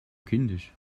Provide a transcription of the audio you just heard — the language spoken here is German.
kindisch